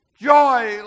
Joy